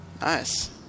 Nice